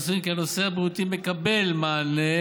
אנו סבורים כי הנושא הבריאותי מקבל מענה